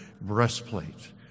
breastplate